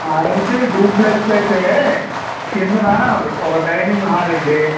అయితే డూప్లెక్స్కి అయితే క్రిందన ఒక డైనింగ్ హాల్ అండి